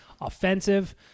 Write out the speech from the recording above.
offensive